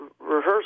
rehearse